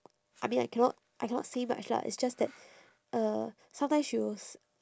I mean I cannot I cannot say much lah it's just that uh sometimes she will s~